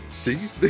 See